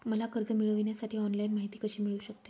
मला कर्ज मिळविण्यासाठी ऑनलाइन माहिती कशी मिळू शकते?